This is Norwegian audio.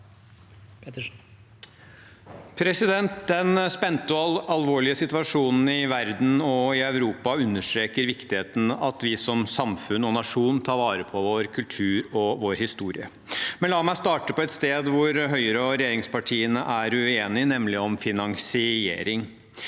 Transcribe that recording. Den spente og alvor- lige situasjonen i verden og i Europa understreker viktigheten av at vi som samfunn og nasjon tar vare på vår kultur og vår historie. Men la meg starte på et sted hvor Høyre og regjeringspartiene er uenige, nemlig om finansiering.